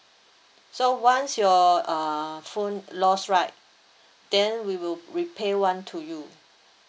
so once your uh phone lost right then we will repay one to you